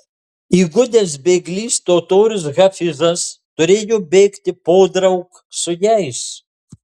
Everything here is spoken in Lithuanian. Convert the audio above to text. įgudęs bėglys totorius hafizas turėjo bėgti podraug su jais